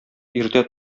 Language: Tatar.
иртә